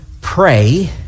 pray